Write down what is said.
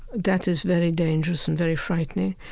that is very dangerous and very frightening.